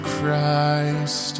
Christ